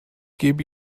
gebe